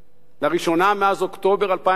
לראשונה מאז אוקטובר 2011,